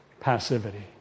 passivity